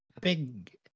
big